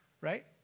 Right